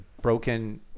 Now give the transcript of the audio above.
broken